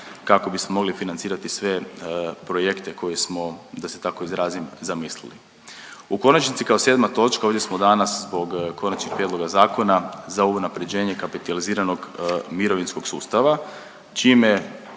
kako bismo mogli financirati sve projekte koje smo, da se tako izrazim, zamislili. U konačnici kao 7. točka ovdje smo danas zbog Konačnog prijedloga Zakona za unaprjeđenje kapitaliziranog mirovinskog sustava čime,